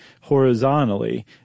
horizontally